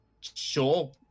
sure